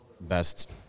best